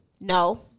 no